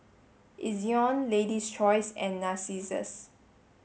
Ezion Lady's Choice and Narcissus